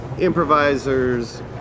improvisers